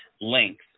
length